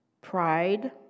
pride